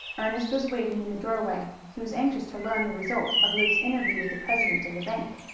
ernest was waiting in the doorway. he was anxious to learn the result of luke's interview with the president of the bank.